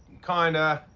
kinda.